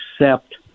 accept